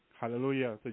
Hallelujah